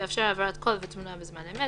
יאפשר העברת קול ותמונה בזמן אמת,